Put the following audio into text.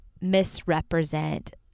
misrepresent